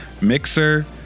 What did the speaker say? Mixer